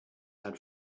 had